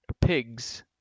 pigs